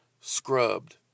Scrubbed